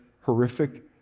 horrific